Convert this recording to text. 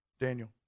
Daniel